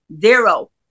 Zero